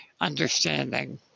understanding